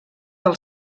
del